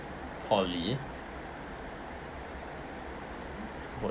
poly